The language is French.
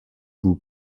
goût